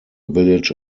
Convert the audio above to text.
village